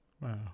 Wow